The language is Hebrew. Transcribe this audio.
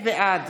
בעד